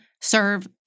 serve